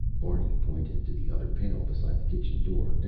barney pointed to the other pail beside the kitchen door,